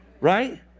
right